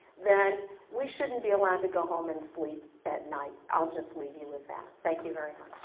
then we shouldn't be allowed to go home and sleep at night i'll just leave you with that. thank you very